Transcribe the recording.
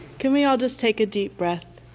can we all just take a deep breath?